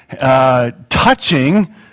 touching